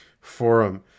forum